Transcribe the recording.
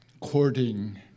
courting